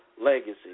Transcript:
legacy